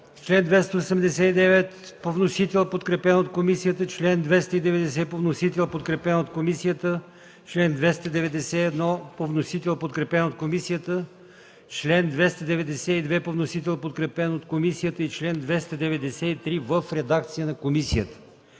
чл. 289 по вносител, подкрепен от комисията; чл. 290 по вносител, подкрепен от комисията; чл. 291 по вносител, подкрепен от комисията; чл. 292 по вносител, подкрепен от комисията, и чл. 293 в редакция на комисията.